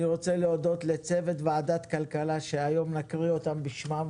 אני רוצה להודות לצוות ועדת כלכלה שהיום נקריא אותם בשמם.